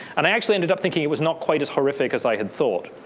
and i actually ended up thinking it was not quite as horrific as i had thought.